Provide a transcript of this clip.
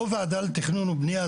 או ועדה לתכנון ובנייה,